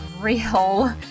real